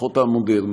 לפחות המודרנית,